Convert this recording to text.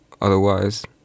Otherwise